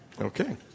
Okay